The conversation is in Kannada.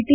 ಟಿ